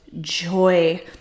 joy